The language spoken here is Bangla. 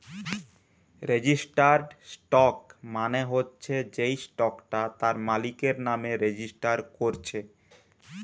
রেজিস্টার্ড স্টক মানে হচ্ছে যেই স্টকটা তার মালিকের নামে রেজিস্টার কোরছে